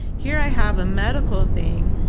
here i have a medical thing,